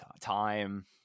time